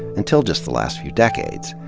until just the last few decades.